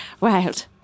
Wild